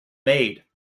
made